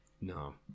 No